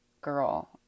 girl